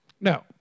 No